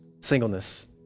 singleness